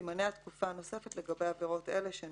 תימנה התקופה הנוספת לגבי עבירות אלה שהן